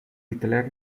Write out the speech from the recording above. hitler